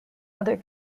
other